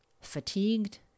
fatigued